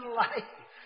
life. (